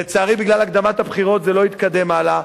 לצערי, בגלל הקדמת הבחירות זה לא התקדם הלאה.